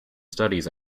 studies